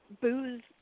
booze